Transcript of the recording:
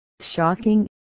Shocking